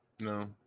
no